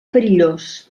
perillós